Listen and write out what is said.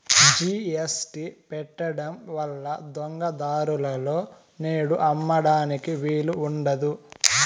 GST పెట్టడం వల్ల దొంగ దారులలో నేడు అమ్మడానికి వీలు ఉండదు